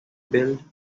build